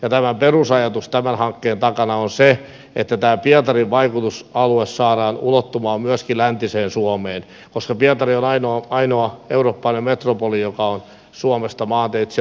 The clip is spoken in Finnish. ja perusajatus tämän hankkeen takana on se että tämä pietarin vaikutusalue saadaan ulottumaan myöskin läntiseen suomeen koska pietari on ainoa eurooppalainen metropoli joka on suomesta maanteitse ja rautateitse saavutettavissa